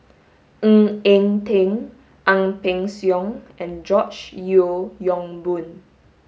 Ng Eng Teng Ang Peng Siong and George Yeo Yong Boon